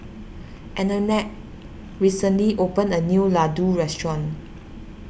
Annette recently opened a new Ladoo restaurant